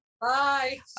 bye